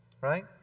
right